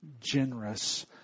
generous